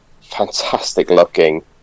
fantastic-looking